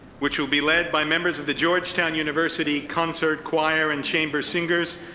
which will be led by members of the georgetown university concert choir and chamber singers,